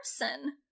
person